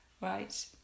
right